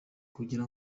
kugira